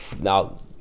now